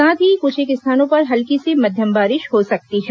साथ ही कुछेक स्थानों पर हल्की से मध्यम बारिश हो सकती है